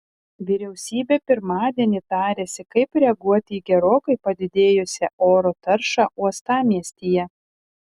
vyriausybė pirmadienį tarėsi kaip reaguoti į gerokai padidėjusią oro taršą uostamiestyje